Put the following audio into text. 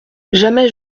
jamais